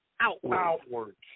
outwards